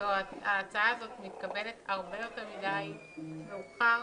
ההצעה הזאת מתקבלת יותר מדי מאוחר.